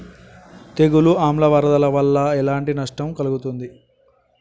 తెగులు ఆమ్ల వరదల వల్ల ఎలాంటి నష్టం కలుగుతది?